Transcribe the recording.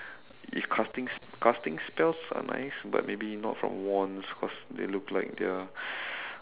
if casting casting spells are nice but maybe not from wands cause they look like they are